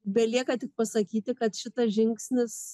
belieka tik pasakyti kad šitas žingsnis